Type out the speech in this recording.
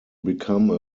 become